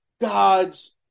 God's